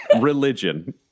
Religion